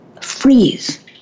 freeze